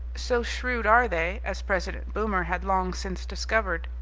so shrewd are they, as president boomer had long since discovered,